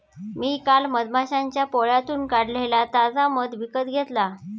मी काल मधमाश्यांच्या पोळ्यातून काढलेला ताजा मध विकत घेतला